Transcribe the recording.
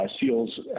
SEALs